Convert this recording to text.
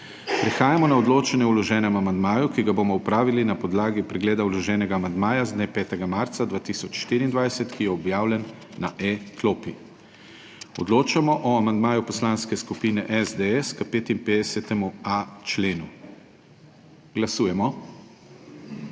Prehajamo na odločanje o vloženem amandmaju, ki ga bomo opravili na podlagi pregleda vloženega amandmaja z dne 5. marca 2024, ki je objavljen na e-klopi. Odločamo o amandmaju Poslanske skupine SDS k 55.a členu. Glasujemo.